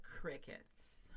crickets